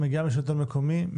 היא מגיעה מהשלטון המקומי,